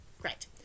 Great